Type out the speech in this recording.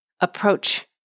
approach